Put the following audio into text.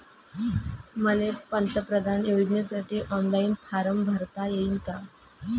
मले पंतप्रधान योजनेसाठी ऑनलाईन फारम भरता येईन का?